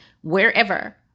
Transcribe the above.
wherever